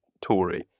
Tory